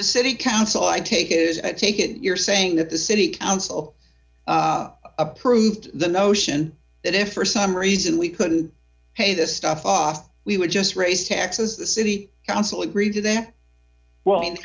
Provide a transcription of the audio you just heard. any city council i take it is a take it you're saying that the city council approved the notion that if for some reason we could pay this stuff off we would just raise taxes the city council agreed to that well and